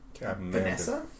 Vanessa